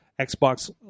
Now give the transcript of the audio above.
Xbox